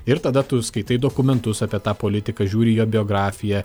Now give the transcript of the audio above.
ir tada tu skaitai dokumentus apie tą politiką žiūri jo biografiją